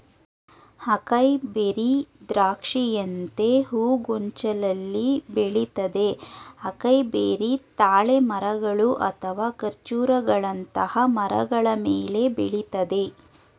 acai berry ದ್ರಾಕ್ಷಿಯಂತೆ ಹೂಗೊಂಚಲಲ್ಲಿ ಬೆಳಿತದೆ ಅಕೈಬೆರಿ ತಾಳೆ ಮರಗಳು ಅಥವಾ ಖರ್ಜೂರಗಳಂತಹ ಮರಗಳ ಮೇಲೆ ಬೆಳಿತದೆ